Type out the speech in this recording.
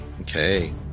Okay